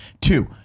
Two